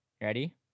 Ready